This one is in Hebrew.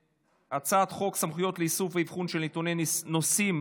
הצעת חוק סמכויות לאיסוף ואבחון של נתוני נוסעים